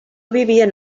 vivien